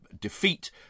defeat